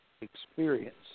experience